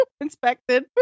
inspected